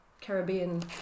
Caribbean